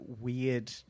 weird